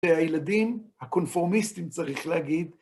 והילדים הקונפורמיסטים, צריך להגיד,